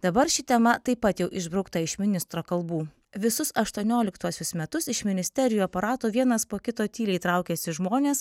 dabar ši tema taip pat jau išbraukta iš ministro kalbų visus aštonioliktuosius metus iš ministerijų aparato vienas po kito tyliai traukėsi žmonės